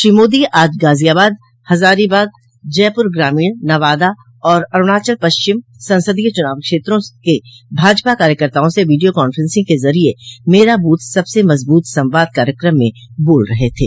श्री मोदी आज गाजियाबाद हजारीबाग जयपुर ग्रामीण नवादा और अरूणाचल पश्चिम संसदीय चुनाव क्षेत्रों के भाजपा कार्यकर्ताओं से वीडियो कांफ्र सिंग के जरिए मेरा बूथ सबसे मजबूत संवाद कार्यक्रम में बोल रहे थे